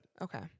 Okay